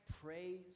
praise